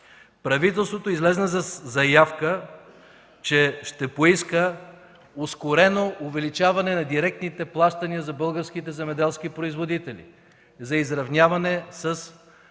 Правителството излезе със заявка, че ще поиска ускорено увеличаване на директните плащания за българските земеделски производители, за изравняване със